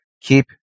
keep